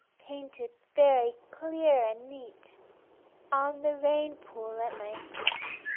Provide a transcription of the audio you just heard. painted very clear and neat on the rain-pool at my feet.